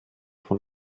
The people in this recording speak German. von